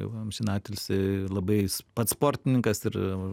jau amžinatilsį labai pats sportininkas ir